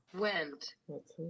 went